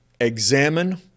examine